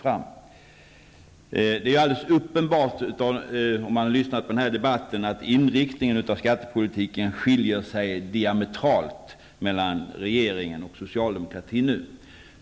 Om man har lyssnat på den här debatten är det alldeles uppenbart att inriktningen av skattepolitiken nu skiljer sig diametralt mellan regeringen och socialdemokratin.